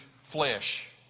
flesh